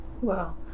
Wow